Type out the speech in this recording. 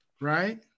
right